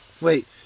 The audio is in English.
Wait